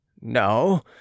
No